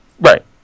Right